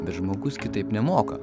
bet žmogus kitaip nemoka